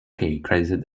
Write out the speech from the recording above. credited